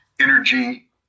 energy